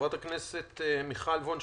חברת הכנסת מיכל וונש,